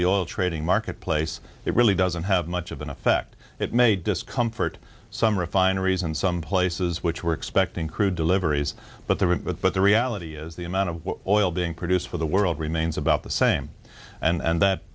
the oil trading marketplace it really doesn't have much of an effect it may discomfort some refineries in some places which were expecting crude deliveries but the but the reality is the amount of oil being produced for the world remains about the same and that that